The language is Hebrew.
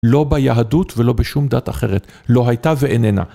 לא ביהדות ולא בשום דת אחרת, לא הייתה ואיננה.